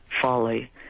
folly